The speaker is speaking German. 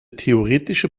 theoretische